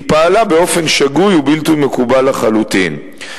היא פעלה באופן שגוי ובלתי מקובל לחלוטין.